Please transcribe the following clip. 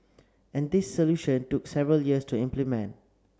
and this solution took several years to implement